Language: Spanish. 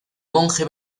monje